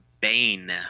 Bane